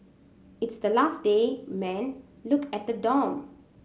it's the last day man look at the dorm